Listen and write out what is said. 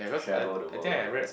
travel the world you know